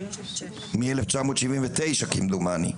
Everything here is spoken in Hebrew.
מ-1979 כמדומני.